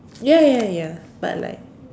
ya ya ya but like